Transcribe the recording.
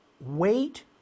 wait